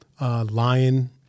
Lion